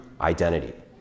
identity